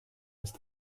ist